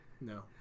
No